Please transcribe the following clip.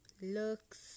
looks